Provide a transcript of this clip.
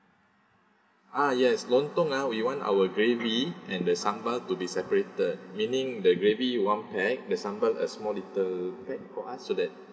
ah yes lontong ah we want our gravy and the sambal to be separated meaning the gravy one pack the sambal a small little pack for us so that